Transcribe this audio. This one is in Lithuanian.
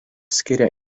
skiria